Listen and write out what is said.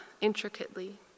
intricately